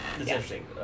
interesting